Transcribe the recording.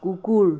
কুকুৰ